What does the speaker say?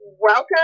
Welcome